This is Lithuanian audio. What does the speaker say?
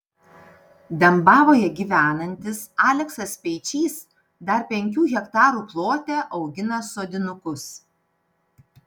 dembavoje gyvenantis aleksas speičys dar penkių hektarų plote augina sodinukus